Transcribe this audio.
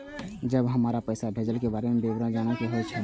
जब हमरा पैसा भेजय के बारे में विवरण जानय के होय?